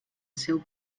seu